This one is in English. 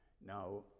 Now